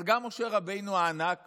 גם משה רבנו הענק